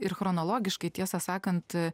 ir chronologiškai tiesą sakant